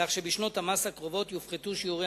כך שבשנות המס הקרובות יופחתו שיעורי